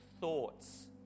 thoughts